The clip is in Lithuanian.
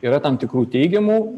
yra tam tikrų teigiamų